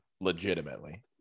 legitimately